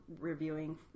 reviewing